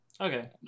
okay